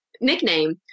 nickname